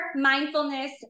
mindfulness